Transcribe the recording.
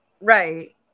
Right